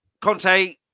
Conte